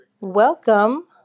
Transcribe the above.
Welcome